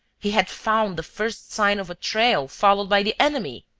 he had found the first sign of a trail followed by the enemy!